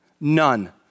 none